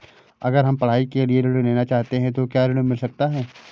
अगर हम पढ़ाई के लिए ऋण लेना चाहते हैं तो क्या ऋण मिल सकता है?